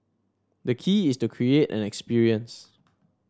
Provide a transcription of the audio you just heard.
the key is to create an experience